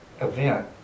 event